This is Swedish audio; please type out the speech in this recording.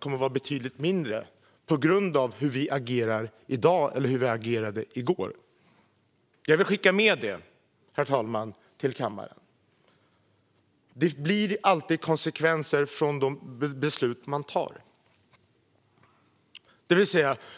kommer att vara betydligt mindre på grund av hur vi agerar i dag och hur vi agerade i går. Herr talman! Jag vill skicka med detta till kammaren: Det blir alltid konsekvenser av de beslut man fattar.